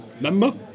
Remember